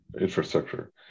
infrastructure